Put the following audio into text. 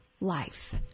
life